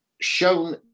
shown